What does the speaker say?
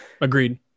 Agreed